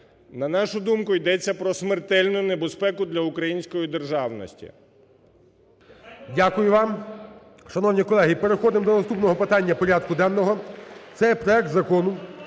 На нашу думку, йдеться про смертельну небезпеку для української державності. ГОЛОВУЮЧИЙ. Дякую вам. Шановні колеги, переходимо до наступного питання порядку денного. Це є проект Закону